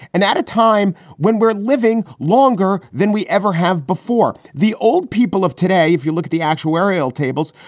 and at a time when we're living longer than we ever have before the old people of today. if you look at the actuarial tables,